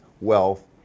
wealth